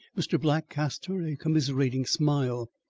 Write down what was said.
mr. black cast her a commiserating smile,